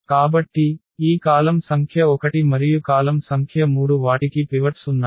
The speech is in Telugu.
కాబట్టి ఈ కాలమ్ సంఖ్య 1 మరియు కాలమ్ సంఖ్య 3 వాటికి పివట్స్ ఉన్నాయి